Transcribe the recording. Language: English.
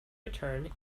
return